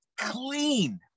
clean